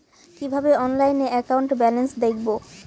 কিভাবে অনলাইনে account balance দেখবো?